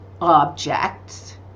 objects